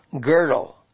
girdle